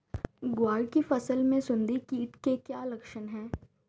ग्वार की फसल में सुंडी कीट के क्या लक्षण है?